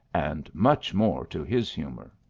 and much more to his humour.